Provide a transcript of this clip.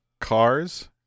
cars